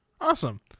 Awesome